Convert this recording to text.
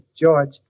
George